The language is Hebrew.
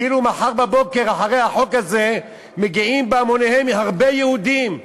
כאילו מחר בבוקר אחרי החוק הזה מגיעים בהמוניהם הרבה יהודים.